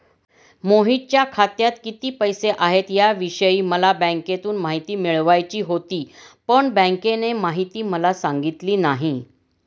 मोहितच्या खात्यात किती पैसे आहेत याविषयी मला बँकेतून माहिती मिळवायची होती, पण बँकेने माहिती मला सांगितली नाही